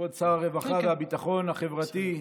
כבוד שר הרווחה והביטחון החברתי,